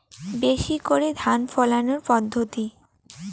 বেশি করে ধান ফলানোর পদ্ধতি?